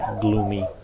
gloomy